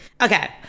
Okay